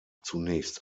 zunächst